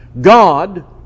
God